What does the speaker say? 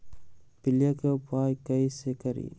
पीलिया के उपाय कई से करी?